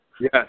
Yes